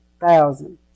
thousand